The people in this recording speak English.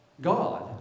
God